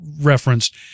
referenced